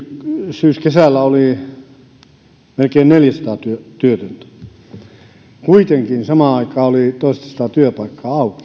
syyskesällä meillä oli melkein neljäsataa työtöntä kuitenkin samaan aikaan oli toistasataa työpaikkaa auki